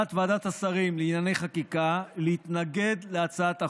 עמדת ועדת השרים לענייני חקיקה היא להתנגד להצעת החוק.